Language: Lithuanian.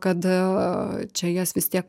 kad čia jas vis tiek